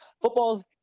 football's